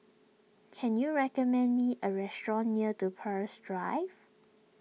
can you recommend me a restaurant near do Peirce Drive